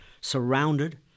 surrounded